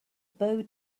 bow